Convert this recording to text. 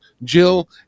Jill